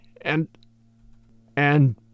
and—and—